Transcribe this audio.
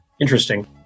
Interesting